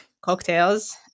Cocktails